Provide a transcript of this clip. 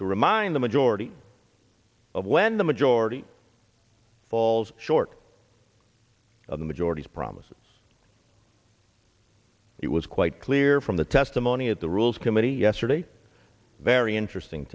to remind the majority of when the majority falls short of the majority's promises it was quite clear from the testimony at the rules committee yesterday very interesting